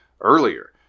earlier